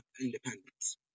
Independence